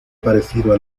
parecido